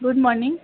good morning